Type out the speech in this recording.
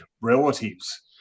relatives